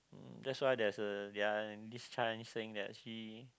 uh that's why there's a saying that he